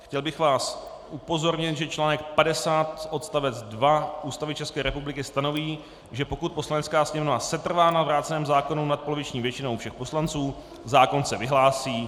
Chtěl bych vás upozornit, že článek 50 odstavec 2 Ústavy České republiky stanoví, že pokud Poslanecká sněmovna setrvá na vráceném zákonu nadpoloviční většinou všech poslanců, zákon se vyhlásí.